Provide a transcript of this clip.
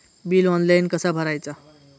Bill online कसा भरायचा?